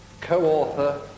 co-author